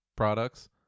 products